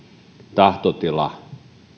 tahtotila